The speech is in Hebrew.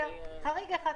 חריג אחד,